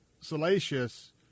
salacious